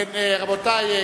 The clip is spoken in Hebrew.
רבותי,